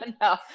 no